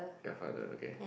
grandfather okay